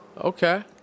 okay